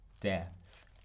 death